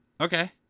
okay